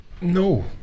No